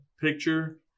picture